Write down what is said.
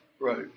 Right